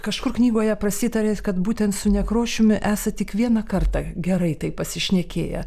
kažkur knygoje prasitarėt kad būtent su nekrošiumi esą tik vieną kartą gerai taip pasišnekėję